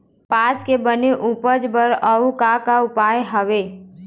कपास के बने उपज बर अउ का का उपाय हवे?